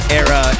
era